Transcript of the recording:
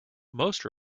most